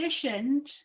conditioned